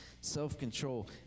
self-control